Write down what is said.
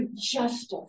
justice